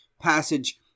passage